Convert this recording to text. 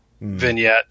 vignette